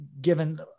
given